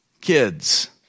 kids